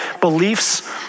beliefs